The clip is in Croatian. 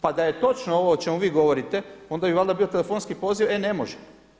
Pa da je točno ovo o čemu vi govorite onda bi valjda bio telefonski poziv, e ne može.